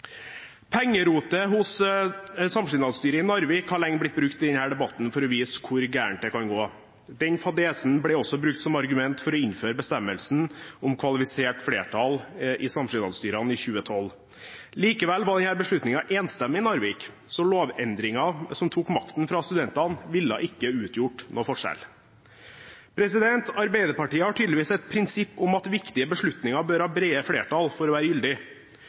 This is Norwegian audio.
Pengerotet hos samskipnadsstyret i Narvik har lenge blitt brukt i denne debatten for å vise hvor galt det kan gå. Den fadesen ble også brukt som argument for å innføre bestemmelsen om kvalifisert flertall i samskipnadsstyrene i 2012. Likevel var denne beslutningen enstemmig i Narvik, så lovendringen som tok makten fra studentene, ville ikke utgjort noen forskjell. Arbeiderpartiet har tydeligvis et prinsipp om at viktige beslutninger bør ha brede flertall for å være gyldig.